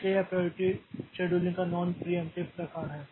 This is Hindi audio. इसलिए यह प्रायोरिटी शेड्यूलिंग का नॉन प्रियेंप्टिव प्रकार है